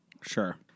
Sure